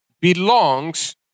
belongs